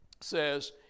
says